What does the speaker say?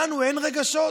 לנו אין רגשות?